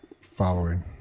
following